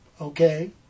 okay